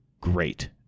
great